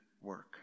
work